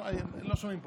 לא שומעים פה,